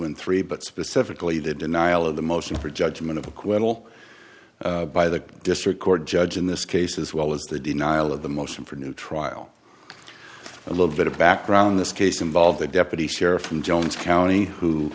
and three but specifically the denial of the motion for judgment of acquittal by the district court judge in this case as well as the denial of the motion for new trial a little bit of background in this case involved a deputy sheriff from jones county who